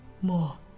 more